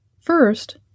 First